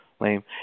Lame